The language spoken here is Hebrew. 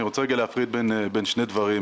אני רוצה לרגע להפריד בין שני דברים.